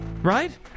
Right